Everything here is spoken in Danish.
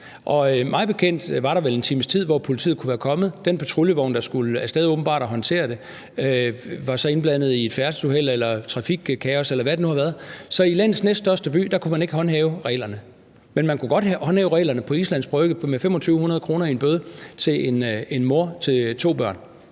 og mig bekendt var der vel en times tid, hvor politiet kunne være kommet. Den patruljevogn, der skulle af sted og håndtere det, var åbenbart indblandet i et færdselsuheld eller noget trafikkaos, eller hvad det nu har været, så i landets næststørste by kunne man ikke håndhæve reglerne, men man kunne godt håndhæve reglerne på Islands brygge med 2.500 kr. i bøde til en mor med to børn.